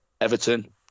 Everton